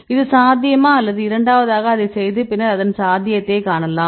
இது சாத்தியமா அல்லது இரண்டாவதாக அதைச் செய்து பின்னர் அதன் சாத்தியத்தைக் காணலாம்